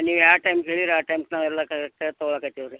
ನೀವು ಯಾವ ಟೈಮ್ಗೆ ಹೇಳಿರೋ ಆ ಟೈಮ್ಸ್ ನಾವು ಎಲ್ಲ ಕರೆಕ್ಟಾಗಿ ತೊಗೊಳಕತ್ತೀವಿ ರೀ